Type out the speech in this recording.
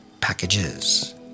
Packages